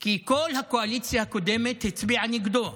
כי כל הקואליציה הקודמת הצביעה נגדו,